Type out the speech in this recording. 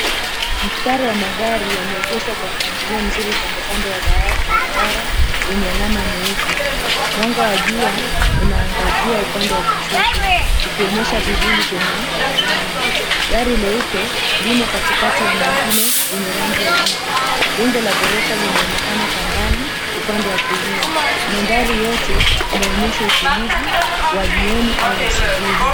Mstari wa magari yameegeshwa kwa mpangilio mzuri kando kando ya barabara, yenye alama nyeupe. Mwanga wa jua unaangazia upande wa kushoto, ukionyesha vivuli kwenye lami. Gari leupe limo katikati ya mengine yenye rangi ya giza. Jengo la ghorofa linaonekana kwa mbali upande wa kulia. Mandhari yote inaonyesha utulivu wa jioni au asubuhi.